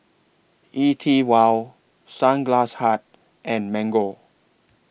E TWOW Sunglass Hut and Mango